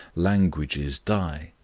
languages die,